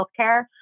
healthcare